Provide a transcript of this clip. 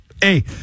Hey